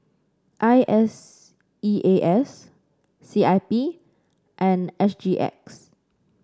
I S E A S C I P and S G X